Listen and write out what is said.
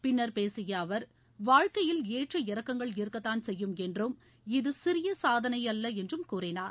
பின்னர் பேசிய அவர் வாழ்க்கையில் ஏற்ற இறக்கங்கள் இருக்கத்தான் செய்யும் என்றும் இது சிறிய சாதனை அல்ல என்றும் கூறினார்